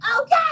Okay